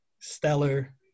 stellar